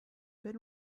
been